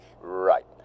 Right